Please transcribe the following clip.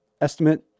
estimate